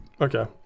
Okay